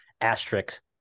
asterisk